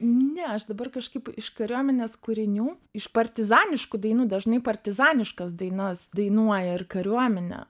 ne aš dabar kažkaip iš kariuomenės kūrinių iš partizaniškų dainų dažnai partizaniškas dainas dainuoja ir kariuomenė